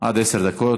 עד עשר דקות.